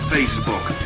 Facebook